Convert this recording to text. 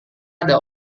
ada